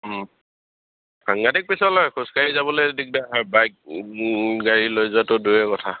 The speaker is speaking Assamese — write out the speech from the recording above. সাংঘাটিক পিছল নহয় খোজকাঢ়ি যাবলৈ দিগদাৰ বাইক গাড়ী লৈ যোৱাতো দূৰৰে কথা